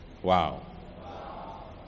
Wow